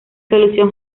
solución